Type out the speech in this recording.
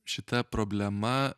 šita problema